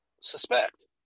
suspect